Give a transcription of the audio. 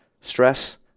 stress